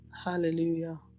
Hallelujah